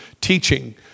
teaching